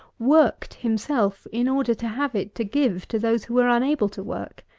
worked himself, in order to have it to give to those who were unable to work?